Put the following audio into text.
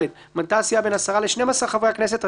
ד)מנתה הסיעה בין עשרה ל־12 חברי הכנסת,